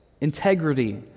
integrity